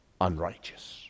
unrighteous